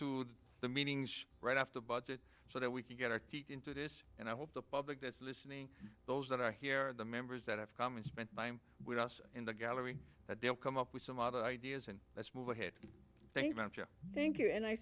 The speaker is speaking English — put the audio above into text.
to the meetings right after the budget so that we can get our teeth into this and i hope the public that's listening those that are here the members that have common spent time with us in the gallery that they'll come up with some other ideas and let's move ahead thank you thank you and i